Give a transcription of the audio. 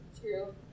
true